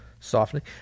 Softening